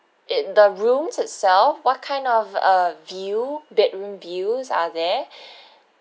i~ the rooms itself what kind of uh view bedroom views are there